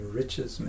riches